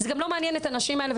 זה גם לא מעניין את הנשים האלה